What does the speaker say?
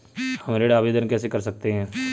हम ऋण आवेदन कैसे कर सकते हैं?